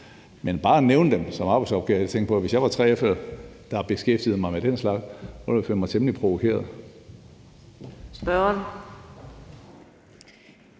Men bare at nævne dem som arbejdsopgaver – altså, jeg tænker, at hvis jeg var 3F'er, der beskæftigede mig med den slags, ville jeg føle mig temmelig provokeret.